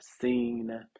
seen